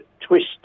twist